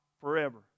forever